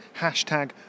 hashtag